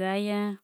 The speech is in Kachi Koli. زایاں